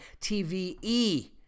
TVE